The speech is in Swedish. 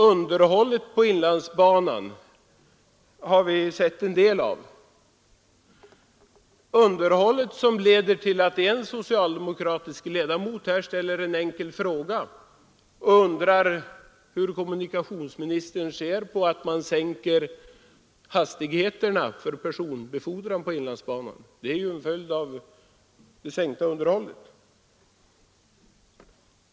Underhållet på inlandsbanan har vi sett en del av — ett underhåll som leder till att en socialdemokratisk ledamot i riksdagen ställer en enkel fråga till kommunikationsministern där han undrar hur denne ser på att man sänker hastigheterna för personbefordran på inlandsbanan. Det är ju en följd av det minskade underhållet.